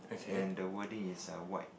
and the wording is err white